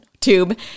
tube